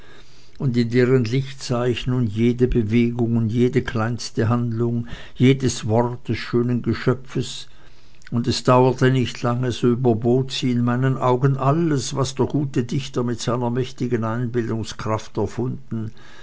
und in deren licht sah ich nun jede bewegung und jede kleinste handlung jedes wort des schönen geschöpfes und es dauerte nicht lange so überbot sie in meinen augen alles was der gute dichter mit seiner mächtigen einbildungskraft erfunden